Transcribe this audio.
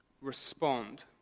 respond